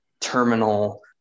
terminal